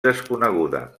desconeguda